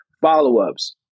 follow-ups